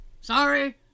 Sorry